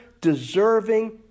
deserving